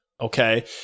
Okay